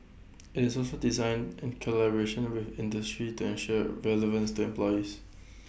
IT is also designed in collaboration with industry to ensure relevance to employers